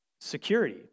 security